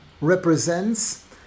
represents